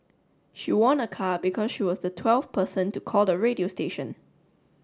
she won a car because she was the twelfth person to call the radio station